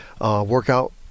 workout